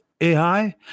ai